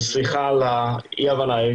סליחה על העברית,